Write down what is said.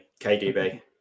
KDB